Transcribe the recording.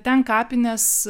ten kapines